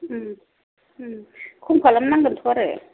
खम खालामनांगोनथ' आरो